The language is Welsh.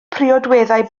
priodweddau